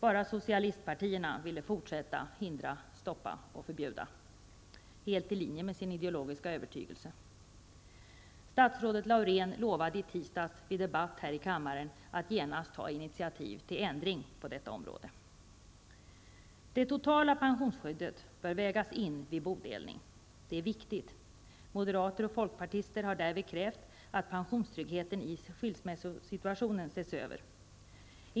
Bara socialistpartierna ville fortsätta att hindra, stoppa och förbjuda -- helt i linje med sin ideologiska övertygelse. Statsrådet Laurén lovade i tisdags, vid debatt här i kammaren, att genast ta initiativ till ändring på detta område. Det totala pensionsskyddet bör vägas in vid bodelning. Det är viktigt. Moderater och folkpartister har därvid krävt att pensionstryggheten i skilsmässosituationen ses över.